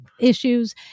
issues